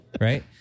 right